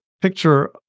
picture